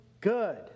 good